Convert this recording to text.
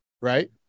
right